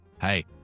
Hey